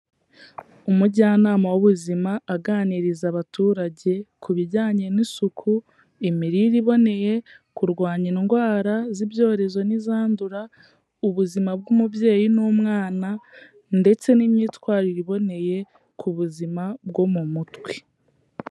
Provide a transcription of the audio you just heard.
Umujyanama w'ubuzima aganiriza abaturage ku bijyanye n'isuku, imirire iboneye, kurwanya indwara z'ibyorezo n'izandura, ubuzima bw'umubyeyi n'umwana, ndetse n'imyitwarire iboneye ku buzima bwo mu mutwe.